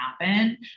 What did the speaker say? happen